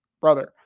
Brother